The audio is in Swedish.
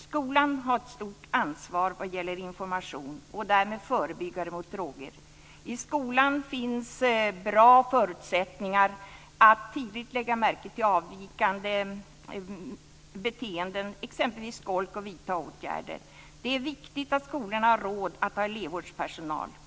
Skolan har ett stort ansvar vad gäller information och är därmed förebyggare vad gäller droger. I skolan finns det bra förutsättningar att tidigt lägga märke till avvikande beteenden, exempelvis skolk, och att vidta åtgärder. Det är viktigt att skolorna har råd att ha elevvårdspersonal.